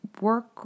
work